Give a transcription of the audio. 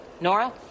Nora